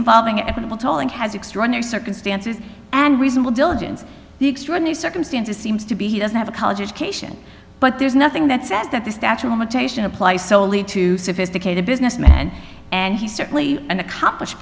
involving ethical tolling has extraordinary circumstances and reasonable diligence the extraordinary circumstances seems to be he doesn't have a college education but there's nothing that says that the statue of attention applies solely to sophisticated businessmen and he's certainly an accomplished